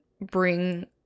bring